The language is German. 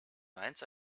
mainz